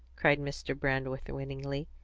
cried mr. brandreth winningly.